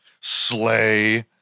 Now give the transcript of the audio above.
slay